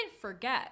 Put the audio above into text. forget